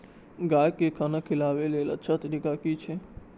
गाय का खाना खिलाबे के अच्छा तरीका की छे?